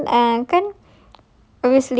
ya and then can't